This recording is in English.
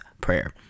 prayer